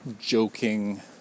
joking